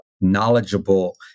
knowledgeable